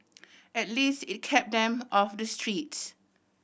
at least it kept them off the streets